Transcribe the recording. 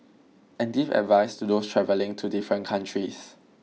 and give advice to those travelling to different countries